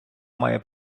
має